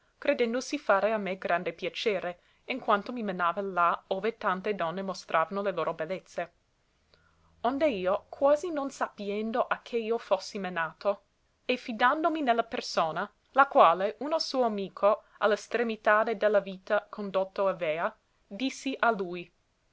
credendosi fare a me grande piacere in quanto mi menava là ove tante donne mostravano le loro bellezze onde io quasi non sappiendo a che io fossi menato e fidandomi ne la persona la quale uno suo amico a l'estremitade de la vita condotto avea dissi a lui